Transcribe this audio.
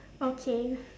okay